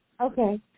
Okay